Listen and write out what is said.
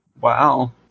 Wow